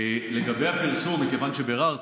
לגבי הפרסום, מכיוון שביררתי,